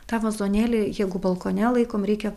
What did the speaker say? tą vazonėlį jeigu balkone laikom reikia